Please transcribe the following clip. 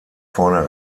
vorne